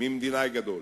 ממדינאי גדול.